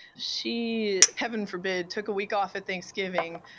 she heaven forbid, took a week off at thanksgiving.